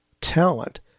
talent